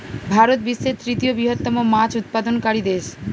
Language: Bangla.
ভারত বিশ্বের তৃতীয় বৃহত্তম মাছ উৎপাদনকারী দেশ